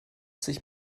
sich